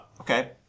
Okay